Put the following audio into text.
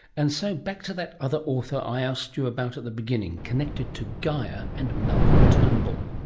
and so back to that other author i asked you about at the beginning, connected to gaia and malcolm turnbull.